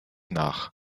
nach